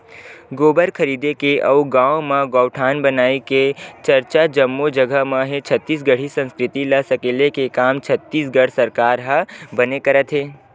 गोबर खरीदे के अउ गाँव म गौठान बनई के चरचा जम्मो जगा म हे छत्तीसगढ़ी संस्कृति ल सकेले के काम छत्तीसगढ़ सरकार ह बने करत हे